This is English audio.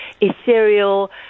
ethereal